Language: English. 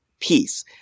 peace